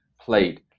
played